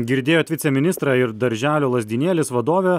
girdėjot viceministrą ir darželio lazdynėlis vadovę